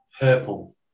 purple